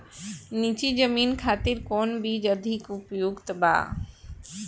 नीची जमीन खातिर कौन बीज अधिक उपयुक्त बा?